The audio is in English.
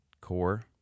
Core